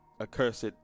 accursed